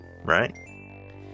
right